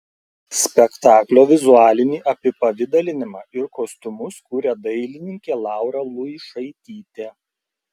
spektaklio vizualinį apipavidalinimą ir kostiumus kuria dailininkė laura luišaitytė